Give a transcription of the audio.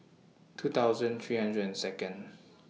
two thousand three hundred and Second